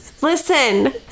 Listen